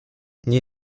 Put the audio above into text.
nie